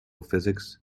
physics